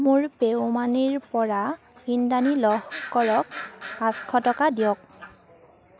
মোৰ PayU মানিৰ পৰা ইন্দ্ৰাণী লহকৰক পাঁচশ টকা দিয়ক